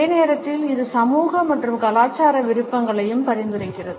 அதே நேரத்தில் இது சமூக மற்றும் கலாச்சார விருப்பங்களையும் பரிந்துரைக்கிறது